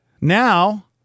Now